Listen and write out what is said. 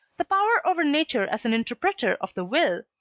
the power over nature as an interpreter of the will,